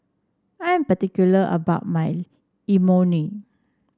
I am particular about my Imoni